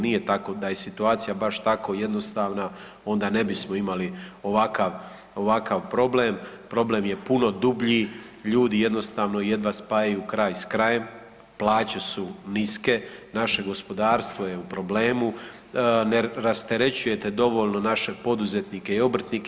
Nije tako, da je situacija baš tako jednostavna onda ne bismo imali ovakav, ovakav problem, problem je puno dublji, ljudi jednostavno jedva spajaju kraj s krajem, plaće su niske, naše gospodarstvo je u problemu, ne rasterećujete dovoljno naše poduzetnike i obrtnike.